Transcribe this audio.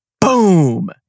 Boom